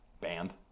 banned